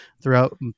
throughout